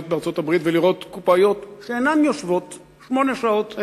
הזדמן לי להיות בארצות-הברית ולראות קופאיות שאינן יושבות שמונה שעות.